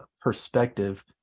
perspective